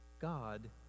God